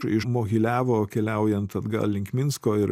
iš mohiliavo keliaujant atgal link minsko ir